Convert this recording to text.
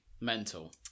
Mental